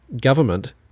government